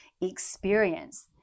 experience